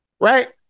Right